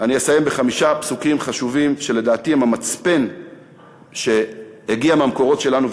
אני אסיים בשלושה פסוקים חשובים שלדעתי הם המצפן שהגיע מהמקורות שלנו,